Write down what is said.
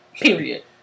period